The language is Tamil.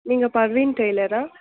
நீங்கள் பர்வின் டெய்லரா